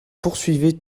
poursuivaient